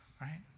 right